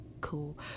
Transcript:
cool